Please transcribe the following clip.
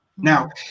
Now